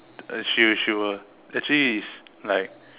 she will she will actually it's like